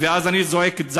אני זועק את זעקתם,